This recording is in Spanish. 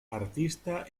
artista